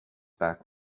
back